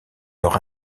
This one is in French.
leur